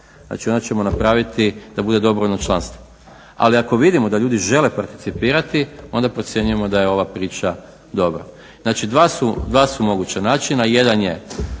Znači, onda ćemo napraviti da bude dobrovoljno članstvo. Ali ako vidimo da ljudi žele participirati onda procjenjujemo da je ova priča dobra. Znači dva su moguća načina, jedan je